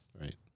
Right